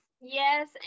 Yes